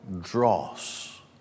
dross